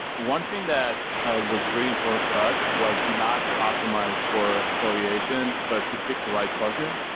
one thing that ah was really important for us was not to optimize for valuation, but to pick the right partner.